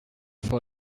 for